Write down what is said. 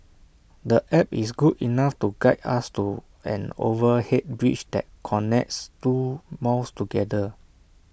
the app is good enough to guide us to an overhead bridge that connects two malls together